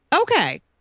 Okay